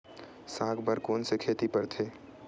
साग बर कोन से खेती परथे?